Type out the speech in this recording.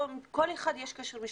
ולכל אחד יש קשר משפחתי.